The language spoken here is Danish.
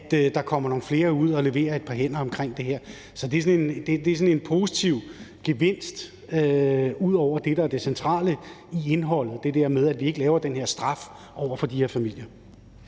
så der kommer nogle flere ud og leverer et par hænder til det her. Så det er sådan en positiv gevinst ud over det, der er det centrale i indholdet, nemlig det der med, at vi ikke laver den her straf over for de her familier.